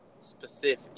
specific